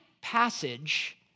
passage